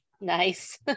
Nice